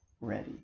ready